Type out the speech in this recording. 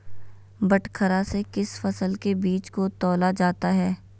बटखरा से किस फसल के बीज को तौला जाता है?